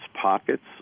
pockets